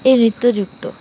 এই নৃত্যযুক্ত